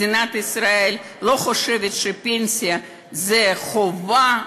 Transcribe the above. מדינת ישראל לא חושבת שפנסיה זה חובה,